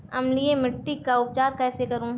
अम्लीय मिट्टी का उपचार कैसे करूँ?